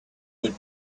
would